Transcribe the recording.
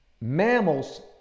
mammals